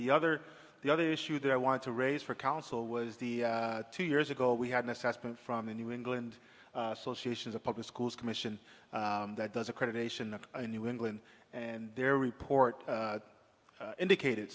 the other the other issue that i wanted to raise for council was the two years ago we had an assessment from the new england association's a public schools commission that does accreditation of new england and their report indicated